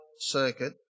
circuit